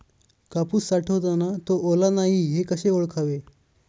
कापूस साठवताना तो ओला नाही हे कसे ओळखावे?